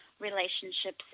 relationships